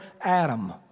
Adam